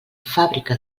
fàbrica